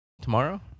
Tomorrow